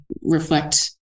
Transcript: reflect